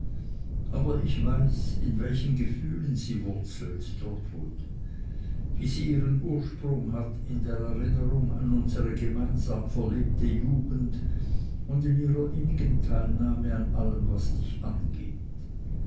aber ich weiß in welchen gefühlen sie wurzelt trotwood wie sie ihren ursprung hat in der erinnerung an unsere gemeinsam verlebte jugend und in einer innigen teilnahme an allem was dich angeht